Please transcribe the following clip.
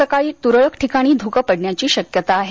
सकाळी त्रळक ठिकाणी धुकं पडण्याची शक्यता आहे